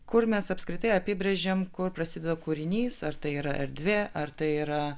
kur mes apskritai apibrėžiam kur prasideda kūrinys ar tai yra erdvė ar tai yra